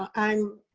um i'm